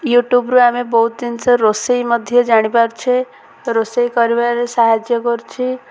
ୟୁଟ୍ୟୁବରୁ ଆମେ ବହୁତ ଜିନିଷ ରୋଷେଇ ମଧ୍ୟ ଜାଣିପାରୁଛେ ରୋଷେଇ କରିବାରେ ସାହାଯ୍ୟ କରୁଛି